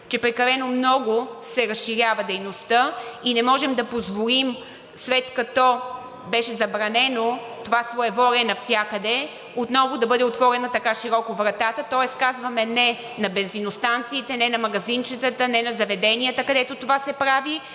че прекалено много се разширява дейността, и не можем да позволим, след като беше забранено това своеволие навсякъде, отново да бъде отворена така широко вратата. Тоест, казваме не на бензиностанциите, не на магазинчетата, не на заведенията, където това се прави.